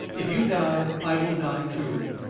if you die i will die, too!